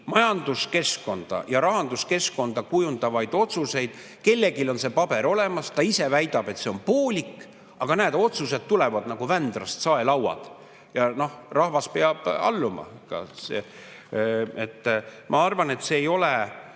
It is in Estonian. majanduskeskkonda ja rahanduskeskkonda kujundavaid otsuseid. Kellelgi on see paber olemas. Ta ise väidab, et see on poolik, aga näed, otsuseid tuleb nagu Vändrast saelaudu. Ja rahvas peab alluma. Ma arvan, et see ei ole,